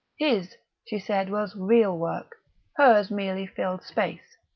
his, she said, was real work hers merely filled space,